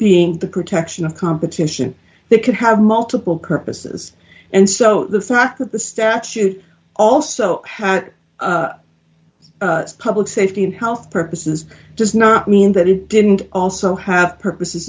being the protection of competition that could have multiple purposes and so the fact that the statute also public safety and health purposes does not mean that it didn't also have purposes